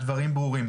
הדברים ברורים.